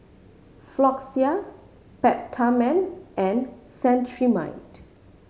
Floxia Peptamen and Cetrimide